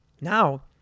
Now